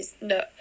no